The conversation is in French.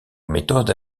méthode